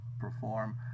perform